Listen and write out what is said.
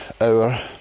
hour